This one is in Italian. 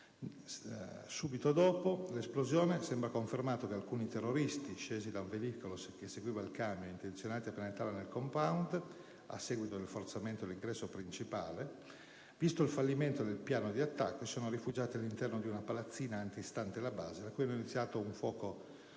Subito dopo l'esplosione sembra confermato che alcuni terroristi, scesi da un veicolo che seguiva il camion ed intenzionati a penetrare nel *compound* a seguito del forzamento dell'ingresso principale, visto il fallimento del piano di attacco, si sono rifugiati all'interno di una palazzina antistante la base da cui hanno iniziato un fuoco